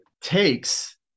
takes